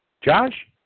Josh